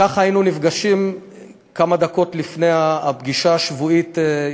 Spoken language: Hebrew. ככה היינו נפגשים כמה דקות לפני הפגישה השבועית,